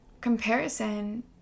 Comparison